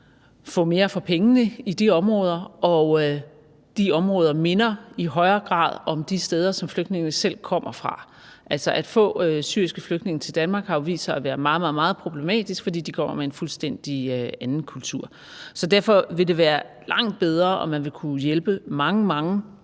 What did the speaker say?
få mere for pengene i de områder, og fordi de områder i højere grad minder om de steder, som flygtningene selv kommer fra. Altså, at få syriske flygtninge til Danmark har jo vist sig at være meget, meget problematisk, fordi de kommer med en fuldstændig anden kultur. Så derfor vil det være langt bedre – og man vil kunne hjælpe mange, mange